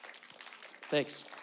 Thanks